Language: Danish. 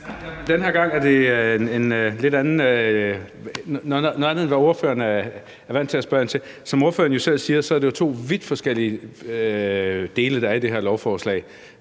Den her gang er det noget andet, end hvad ordføreren er vant til at jeg spørger ind til. Som ordføreren selv siger, er det jo to vidt forskellige dele, der er i det her lovforslag.